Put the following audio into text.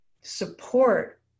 support